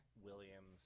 Williams